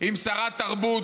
אם שרת תרבות,